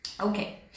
okay